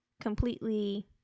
completely